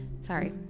Sorry